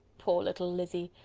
poor little lizzy!